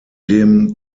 dem